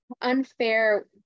unfair